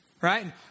Right